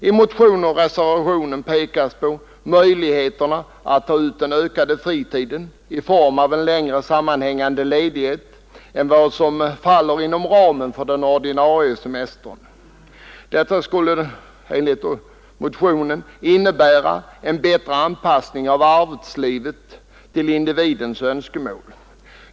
I motionen och reservationen pekas på möjligheterna att ta ut den ökade fritiden i form av en längre sammanhängande ledighet än som faller inom ramen för den ordinarie semestern; därigenom skulle man enligt motionen få en bättre anpassning av arbetslivet till individens önskemål.